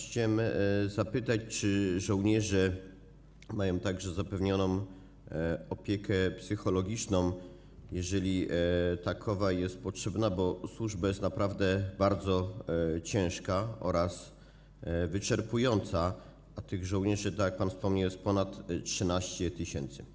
Chciałem też zapytać, czy żołnierze mają zapewnioną także opiekę psychologiczną, jeżeli takowa jest potrzebna, bo służba jest naprawdę bardzo ciężka oraz wyczerpująca, a tych żołnierzy, tak jak pan wspomniał, jest ponad 13 tys.